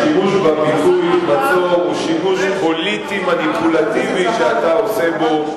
השימוש בביטוי "מצור" הוא שימוש פוליטי מניפולטיבי שאתה עושה בו.